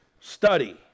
study